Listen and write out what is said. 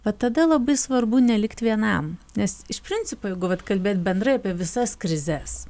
va tada labai svarbu nelikt vienam nes iš principo jeigu vat kalbėt bendrai apie visas krizes